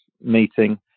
meeting